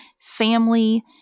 family